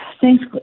Thanks